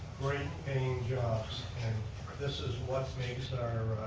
great paying jobs and this is what makes our